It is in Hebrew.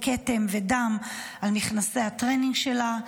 וכתם ודם על מכנסי הטרנינג שלה.